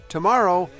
Tomorrow